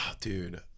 dude